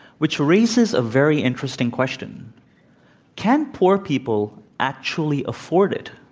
which raises a very interesting question can poor people actually afford it?